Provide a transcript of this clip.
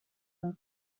can